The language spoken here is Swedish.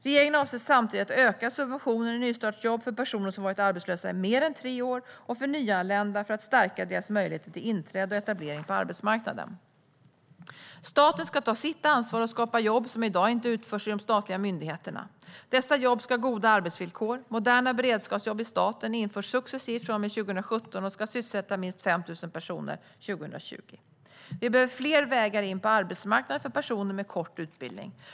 Regeringen avser samtidigt att öka subventionen i nystartsjobb för personer som varit arbetslösa i mer än tre år och för nyanlända, för att stärka deras möjligheter till inträde och etablering på arbetsmarknaden. Staten ska ta sitt ansvar och skapa jobb som i dag inte utförs i de statliga myndigheterna. Dessa jobb ska ha goda arbetsvillkor. Moderna beredskapsjobb i staten införs successivt från och med 2017 och ska sysselsätta minst 5 000 personer 2020. Vi behöver fler vägar in på arbetsmarknaden för personer med kort utbildning.